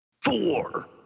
four